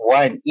one